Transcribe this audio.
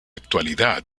actualidad